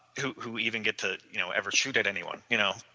who who even get to you know ever shoot at anyone, you know.